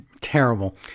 terrible